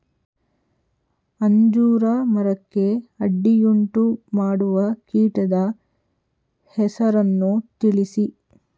ಅಂಜೂರ ಮರಕ್ಕೆ ಅಡ್ಡಿಯುಂಟುಮಾಡುವ ಕೀಟದ ಹೆಸರನ್ನು ತಿಳಿಸಿ?